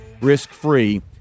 risk-free